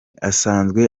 asanzwe